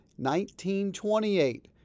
1928